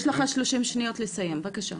יש לך 30 שניות לסיים, בבקשה.